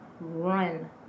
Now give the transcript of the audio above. run